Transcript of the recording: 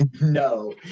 No